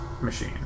machine